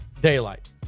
daylight